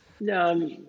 No